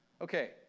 Okay